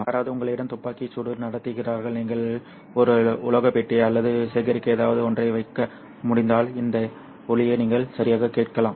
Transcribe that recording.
எனவே யாராவது உங்களிடம் துப்பாக்கிச் சூடு நடத்துகிறார்கள் நீங்கள் ஒரு உலோகப் பெட்டியை அல்லது சேகரிக்க ஏதாவது ஒன்றை வைக்க முடிந்தால் இந்த ஒலியை நீங்கள் சரியாகக் கேட்கலாம்